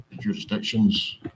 jurisdictions